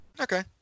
Okay